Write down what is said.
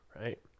right